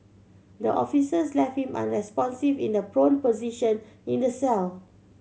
the officers left him unresponsive in the prone position in the cell